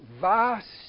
vast